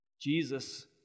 Jesus